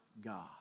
God